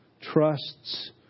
trusts